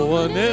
one